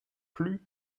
plus